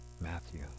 Matthew